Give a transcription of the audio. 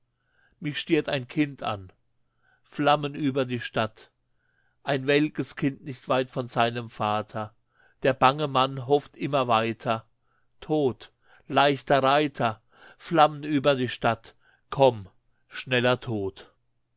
mich stiert ein kind an flammen über die stadt ein welkes kind nicht weit von seinem vater der bange mann hofft immer weiter tod leichter reiter flammen über die stadt komm schneller tod